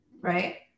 Right